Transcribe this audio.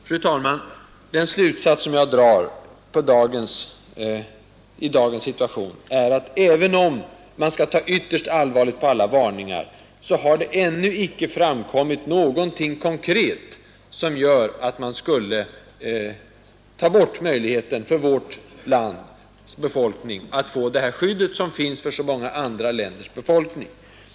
Nr 129 Den slutsats som jag drar i dagens situation är att det, även om man Torsdagen den skall ta ytterst allvarligt på alla varningar, ännu inte har framkommit 18 november 1971 någonting konkret som gör att man borde avskaffa möjligheten för vårt ————— lands befolkning att få det skydd som så många andra länders befolkning Upphävande av lahar.